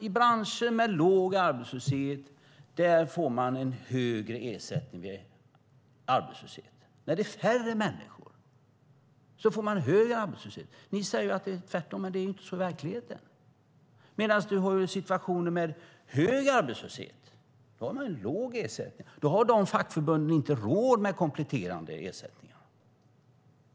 I branscher med låg arbetslöshet får man en högre ersättning vid arbetslöshet. När det är färre människor som är arbetslösa får man högre ersättning. Ni säger att det är tvärtom, men det är inte så i verkligheten. I situationer med hög arbetslöshet har man en låg ersättning. De fackförbunden har inte råd med kompletterande ersättningar.